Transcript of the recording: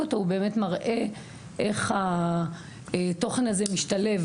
אותו הוא באמת מראה איך התוכן הזה משתלב.